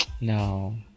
no